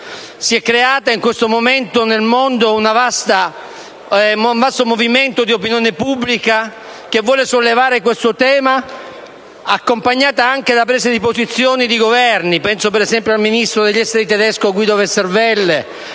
si è creato nel mondo un vasto movimento di opinione pubblica che vuole sollevare questo tema, accompagnato anche da prese di posizione di Governi: penso ad esempio al ministro degli esteri tedesco Guido Westerwelle,